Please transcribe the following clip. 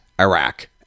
iraq